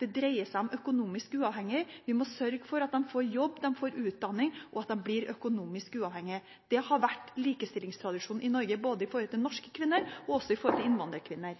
Det dreier seg om økonomisk uavhengighet. Vi må sørge for at de får jobb, utdanning og at de blir økonomisk uavhengige. Det har vært likestillingstradisjon i Norge både når det gjelder norske kvinner og innvandrerkvinner.